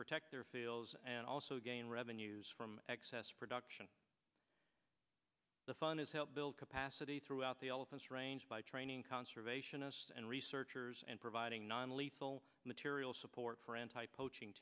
protect their fields and also gain revenues from excess production the fund is helped build capacity throughout the elephants range by training conservationists and researchers and providing non lethal material support for anti poaching